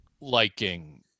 liking